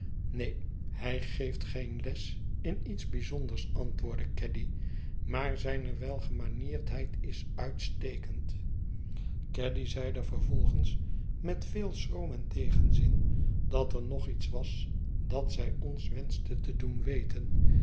neen hij geeft geen les in iets bijzonders antwoordde gaddy maar zijne welgemanierdheid is uitstekend gaddy zeide vervolgens met veel schroom en tegenzin dat ei nog iets was dat zij ons wenschte te doen weten